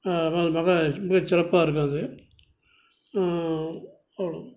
அதனால் மிக மிகச்சிறப்பாக இருக்கும் அது அவ்வளோ தான்